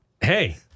hey